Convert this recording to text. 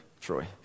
Troy